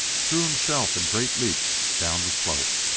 threw himself in great leaps down the slope.